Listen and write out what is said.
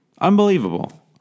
Unbelievable